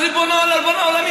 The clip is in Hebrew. אז ריבון העולמים,